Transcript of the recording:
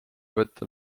võtta